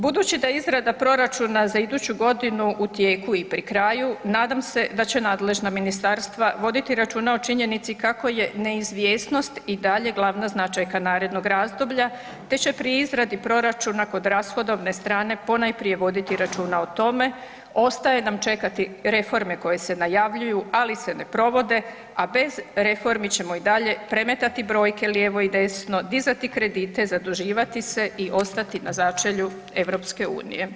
Budući da je izrada proračuna za iduću godinu u tijeku i pri kraju nadam se da će nadležna ministarstva voditi računa o činjenici kako je neizvjesnost i dalje glavna značajka narednog razdoblja te će pri izradi proračuna kod rashodovne strane ponajprije voditi računa o tome, ostaje nam čekati reforme koje se najavljuju ali se ne provode, a bez reformi ćemo i dalje prematati brojke lijevo i desno, dizati kredite, zaduživati se i ostati na začelju EU.